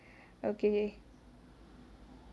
okay